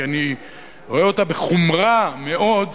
כי אני רואה אותה בחומרה רבה,